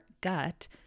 gut